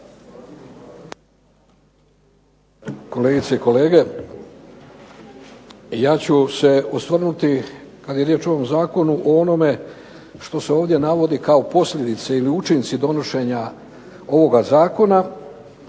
Kolegice i kolege, ja ću se osvrnuti kad je riječ o ovom zakonu o onome što se ovdje navodi kao posljedica ili učinci donošenja ovoga zakona